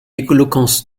éloquence